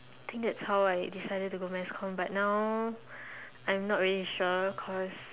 I think that's how I decided to go mass comm but now I'm not really sure cause